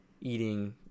eating